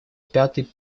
пятый